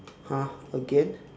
!huh! again